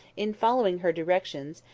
in following her directions,